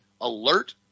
alert